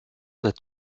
doit